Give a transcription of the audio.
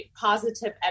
positive